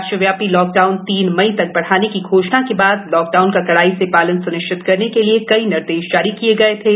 राष्ट्रव्यापी लॉकडाउन तीन मई तक बढ़ाने की घोषणा के बादलॉकडाउन का कड़ाई से शालन सुनिश्चित करने के लिए कई निर्देश जारी किए गए थे